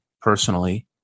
personally